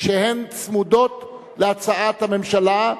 שהן צמודות להצעת הממשלה,